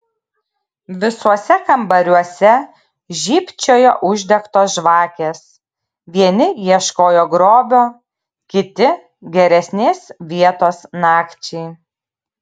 visuose kambariuose žybčiojo uždegtos žvakės vieni ieškojo grobio kiti geresnės vietos nakčiai